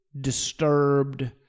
disturbed